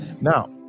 now